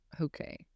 Okay